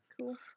Cool